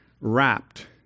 wrapped